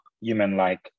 human-like